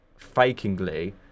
fakingly